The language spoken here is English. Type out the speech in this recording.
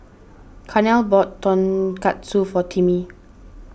Carnell bought Tonkatsu for Timmie